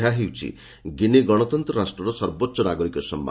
ଏହା ହେଉଛି ଗିନି ଗଣତନ୍ତ ରାଷ୍ଟ୍ରର ସର୍ବୋଚ୍ଚ ନାଗରିକ ସମ୍ମାନ